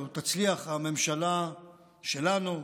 או תצליח הממשלה שלנו,